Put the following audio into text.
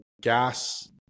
gas